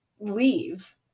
leave